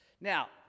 Now